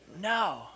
No